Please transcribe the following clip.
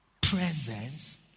presence